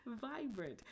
vibrant